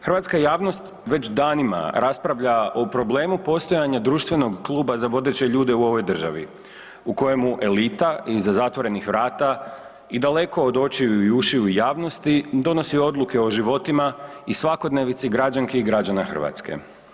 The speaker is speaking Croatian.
Hrvatska javnost već danima rasprava o problemu postojanja društvenog kluba za vodeće ljude u ovoj državi u kojemu elita iza zatvorenih vrata i daleko od očiju i ušiju javnosti donosi odluke o životima i svakodnevici građanki i građana Hrvatske.